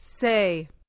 Say